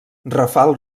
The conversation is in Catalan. rafal